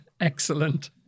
Excellent